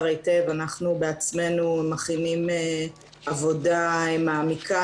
היטב אנחנו בעצמנו מכינים עבודה מעמיקה,